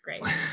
great